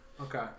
Okay